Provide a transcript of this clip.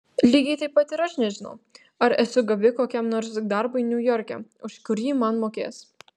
lygiai taip pat ir aš nežinau ar esu gabi kokiam nors darbui niujorke už kurį man mokės